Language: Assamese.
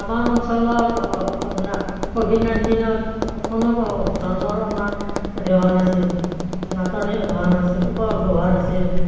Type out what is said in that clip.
আমাৰ অঞ্চলত ক'ভিড নাইণ্টিনত কোনো ধৰণৰ আমাৰ হেৰি হোৱা নাছিল নাটনি হোৱা নাছিল উপলব্ধ হোৱা নাছিল